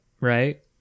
right